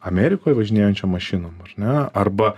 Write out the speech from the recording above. amerikoj važinėjančiom mašinom ar ne arba